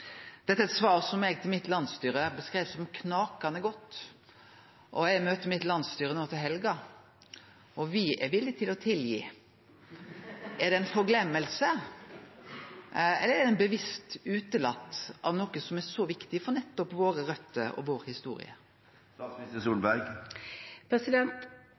Dette er eit svar som eg beskreiv som knakande godt til mitt landsstyre. Eg skal møte landsstyret no til helga, og me er villige til å tilgi. Er det ei forgløyming, eller har ein bevisst utelatt noko som er så viktig for våre røter og vår historie?